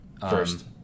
First